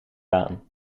baan